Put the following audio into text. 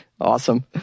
Awesome